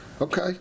Okay